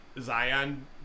Zion